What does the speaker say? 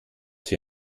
für